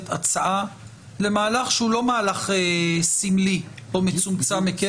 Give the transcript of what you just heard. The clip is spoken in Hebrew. הצעה למהלך שהוא לא מהלך סמלי או מצומצם היקף.